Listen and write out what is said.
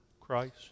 Christ